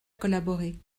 collaboré